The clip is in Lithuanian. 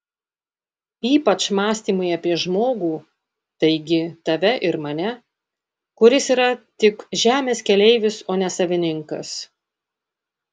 ypač mąstymai apie žmogų taigi tave ir mane kuris yra tik žemės keleivis o ne savininkas